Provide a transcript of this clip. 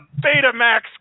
Betamax